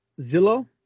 Zillow